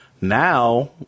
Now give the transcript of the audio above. Now